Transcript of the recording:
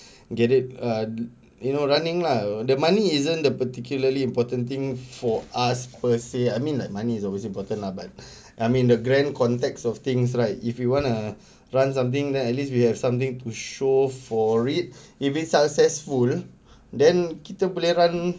get it uh you know running lah the money isn't the particularly important thing for us per se I mean like money is always important lah but I mean the grand context of things right if you wanna run something then at least we have something to show for it giving successful then kita boleh run